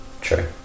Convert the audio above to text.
True